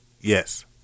Yes